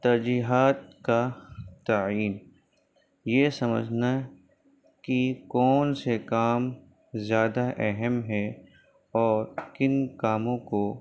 ترجیحات کا تعئین یہ سمجھنا کہ کون سے کام زیادہ اہم ہے اور کن کاموں کو